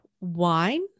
wine